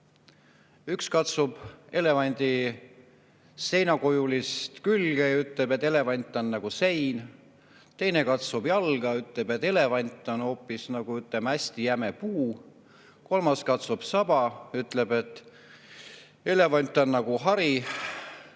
Üks katsub elevandi külge ja ütleb, et elevant on nagu sein. Teine katsub jalga, ütleb, et elevant on hoopis nagu hästi jäme puu. Kolmas katsub saba, ütleb, et elevant on nagu hari.